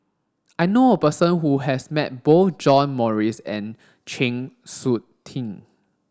I know a person who has met both John Morrice and Chng Seok Tin